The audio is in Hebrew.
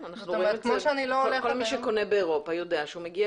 כל מי שקונה באירופה יודע שהוא מגיע